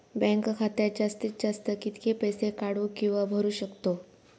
Bank खात्यात जास्तीत जास्त कितके पैसे काढू किव्हा भरू शकतो?